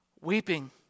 weeping